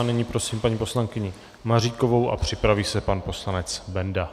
A nyní prosím paní poslankyni Maříkovou a připraví se pan poslanec Benda.